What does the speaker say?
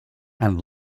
and